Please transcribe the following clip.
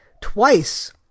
twice